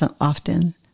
often